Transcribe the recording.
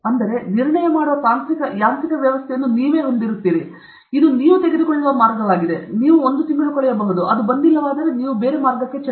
ಆದ್ದರಿಂದ ನೀವು ನಿರ್ಣಯ ಮಾಡುವ ಯಾಂತ್ರಿಕ ವ್ಯವಸ್ಥೆಯನ್ನು ನೀವು ಹೊಂದಿರುತ್ತೀರಿ ಇದು ನಾನು ತೆಗೆದುಕೊಳ್ಳುವ ಮಾರ್ಗವಾಗಿದೆ ನಾನು ಒಂದು ತಿಂಗಳು ಕಳೆಯುತ್ತೇನೆ ಅದು ಬರುತ್ತಿಲ್ಲವಾದರೆ ನಾನು ಬೇರೆ ಮಾರ್ಗಕ್ಕೆ ಹೋಗುತ್ತೇನೆ